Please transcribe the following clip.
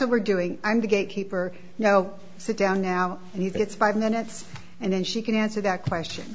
what we're doing i'm the gatekeeper you know sit down now even it's five minutes and then she can answer that question